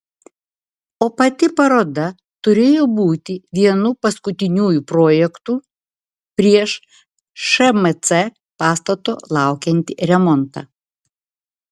o pati paroda turėjo būti vienu paskutiniųjų projektų prieš šmc pastato laukiantį remontą